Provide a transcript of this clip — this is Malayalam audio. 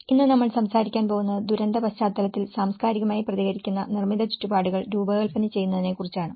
ഇന്ന് നമ്മൾ സംസാരിക്കാൻ പോകുന്നത് ദുരന്ത പശ്ചാത്തലത്തിൽ സാംസ്കാരികമായി പ്രതികരിക്കുന്ന നിർമ്മിത ചുറ്റുപാടുകൾ രൂപകൽപ്പന ചെയ്യുന്നതിനെക്കുറിച്ചാണ്